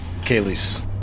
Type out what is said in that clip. Kaylee's